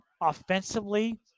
offensively